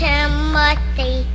Timothy